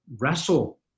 wrestle